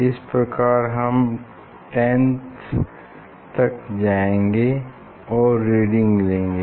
इस प्रकार हम 10 तक जाएंगे और रीडिंग लेंगे